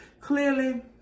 Clearly